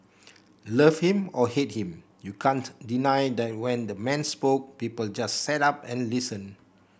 love him or hate him you can't deny that when the man spoke people just sat up and listened